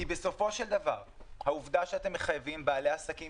בסופו של דבר העובדה שאתם מחייבים בעלי עסקים